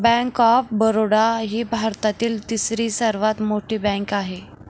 bank of Baroda ही भारतातील तिसरी सर्वात मोठी बँक आहे